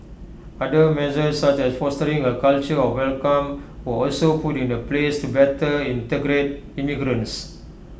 other measures such as fostering A culture of welcome were also put in A place to better integrate immigrants